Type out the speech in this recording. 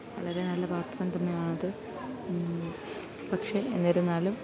വളരെ നല്ല പത്രം തന്നെ ആണത് പക്ഷെ എന്നിരുന്നാലും